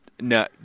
No